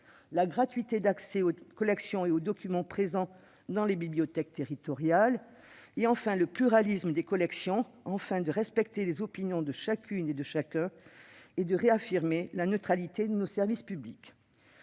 la gratuité d'accès aux collections et documents présents dans les bibliothèques territoriales ; et, enfin, le pluralisme des collections afin de respecter les opinions de chacune et de chacun, et de réaffirmer la neutralité de nos services publics.